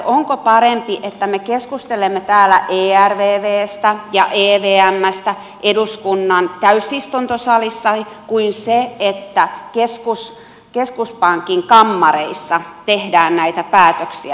onko parempi että me keskustelemme täällä ervvstä ja evmstä eduskunnan täysistuntosalissa kuin että keskuspankin kammareissa tehdään näitä päätöksiä